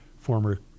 former